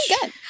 good